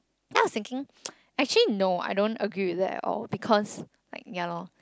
then I was thinking actually no I don't agree with that at all because like ya lor